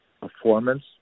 performance